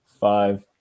Five